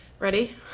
Ready